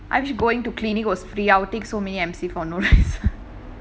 I wish going to clinic was free I'd take so many M_C for no reason